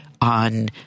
on